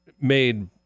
made